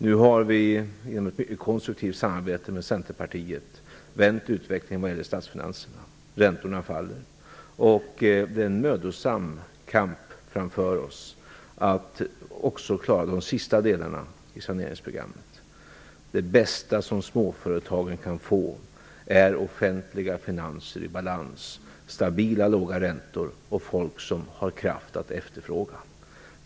Nu har vi genom ett mycket konstruktivt samarbete med Centerpartiet vänt utvecklingen vad gäller statsfinanserna. Räntorna faller. Vi har en mödosam kamp framför oss att också klara de sista delarna i saneringsprogrammet. Det bästa som småföretagen kan få är offentliga finanser i balans, stabila låga räntor och folk som har kraft att efterfråga.